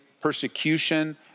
persecution